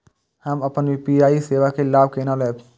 हम अपन यू.पी.आई सेवा के लाभ केना लैब?